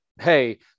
hey